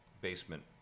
Basement